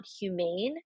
humane